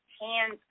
hands